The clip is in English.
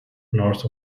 north